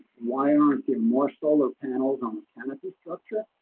why aren't there more solar panels on the canopy structure.